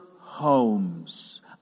homes